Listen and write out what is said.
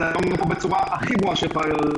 אני אומר פה בצורה הכי ברורה שיכולה להיות: